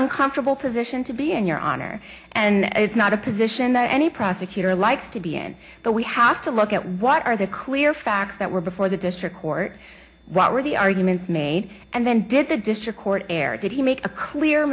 uncomfortable position to be in your honor and it's not a position that any prosecutor likes to be in but we have to look at what are the clear facts that were before the district court what were the arguments made and then did the district court error did he make a clear